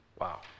Wow